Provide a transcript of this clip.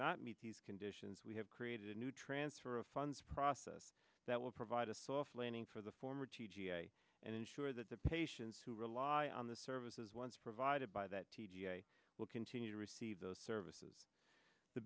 not meet these conditions we have created a new transfer of funds process that will provide a soft landing for the former t g i and ensure that the patients who rely on the services once provided by that t d i will continue to receive those services the